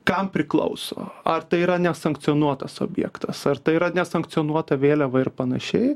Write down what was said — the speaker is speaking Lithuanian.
kam priklauso ar tai yra nesankcionuotas objektas ar tai yra nesankcionuota vėliava ir panašiai